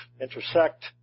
intersect